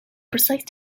precise